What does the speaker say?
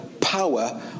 power